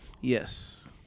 Yes